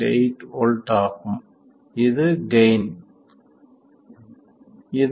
8 V ஆகும் இது gain இது 0